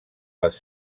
les